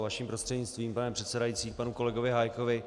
Vaším prostřednictvím, pane předsedající, k panu kolegovi Hájkovi.